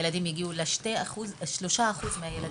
הילדים הגיעו למצב שרק שלושה אחוזים מהם,